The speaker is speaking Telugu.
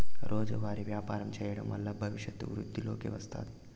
రోజువారీ వ్యాపారం చేయడం వల్ల భవిష్యత్తు వృద్ధిలోకి వస్తాది